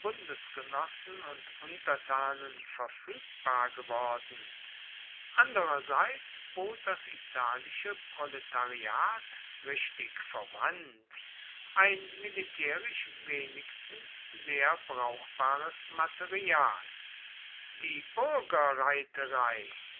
bundesgenossen und untertanen verfügbar geworden andererseits bot das italische proletariat richtig verwandt ein militärisch wenigstens sehr brauchbares material die